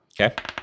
Okay